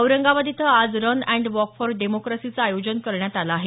औरंगाबाद इथं आज run and walk for डेमोक्रसीचं आयोजन करण्यात आलं आहे